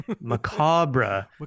Macabre